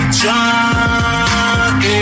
drunk